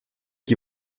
qui